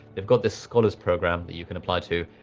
they've got this scholars programme that you can apply to.